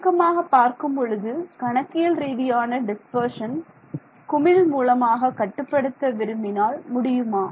சுருக்கமாக பார்க்கும்பொழுது கணக்கியல் ரீதியான டிஸ்பர்ஷன் குமிழ் மூலமாக கட்டுப்படுத்த விரும்பினால் முடியுமா